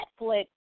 Netflix